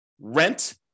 rent